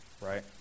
right